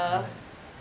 what